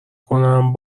کنم